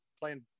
playing